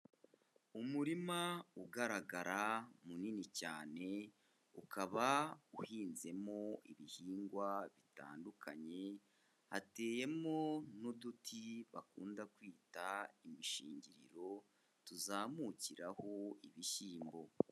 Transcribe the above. Umurima ugaragara munini cyane, ukaba uhinzemo ibihingwa bitandukanye, hateyemo n'uduti bakunda kwita imishingiriro tuzamukiraho ibishyimbo.